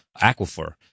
aquifer